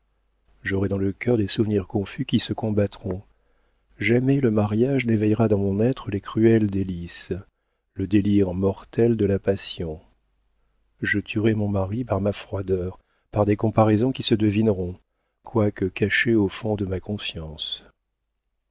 j'aurai dans le cœur des souvenirs confus qui se combattront jamais le mariage n'éveillera dans mon être les cruelles délices le délire mortel de la passion je tuerai mon mari par ma froideur par des comparaisons qui se devineront quoique cachées au fond de ma conscience